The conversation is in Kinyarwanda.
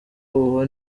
uwo